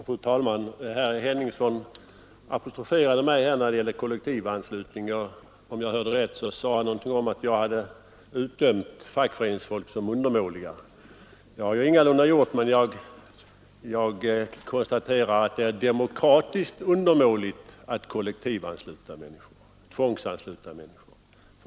Fru talman! Herr Henningsson apostroferade mig när det gällde kollektivanslutningen. Om jag hörde rätt, så sade han något om att jag hade utdömt fackföreningsfolk som undermåliga. Det har jag ingalunda gjort, men jag konstaterar att det är demokratiskt undermåligt att tvångsansluta människor.